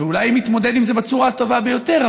ואולי מתמודד עם זה בצורה הטובה ביותר,